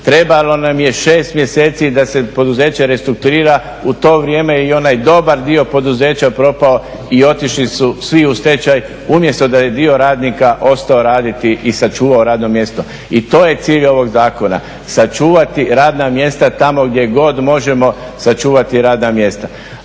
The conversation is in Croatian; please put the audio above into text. Trebalo nam je 6 mjeseci da se poduzeće restrukturira u to vrijeme je i onaj dobar dio poduzeća propao i otišli su svi u stečaj umjesto da je dio radnika ostao raditi i sačuvao radno mjesto. I to je cilj ovog zakona, sačuvati radna mjesta tamo gdje god možemo sačuvati radna mjesta.